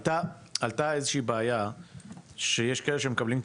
עלתה איזושהי בעיה שיש כאלו שמקבלים את